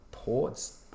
Port's